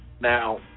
now